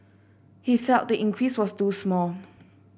he felt the increase was too small